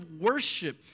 worship